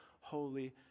holy